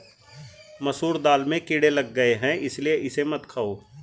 मसूर दाल में कीड़े लग गए है इसलिए इसे मत खाओ